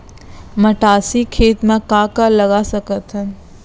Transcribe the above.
मटासी खेत म का का लगा सकथन?